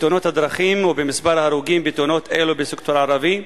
תאונות הדרכים ולמספר ההרוגים בתאונות אלו בסקטור הערבי?